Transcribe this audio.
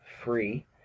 free